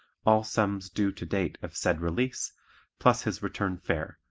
all sums due to date of said release plus his return fare,